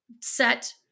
set